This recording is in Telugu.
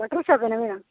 బట్టల షాపా మేడం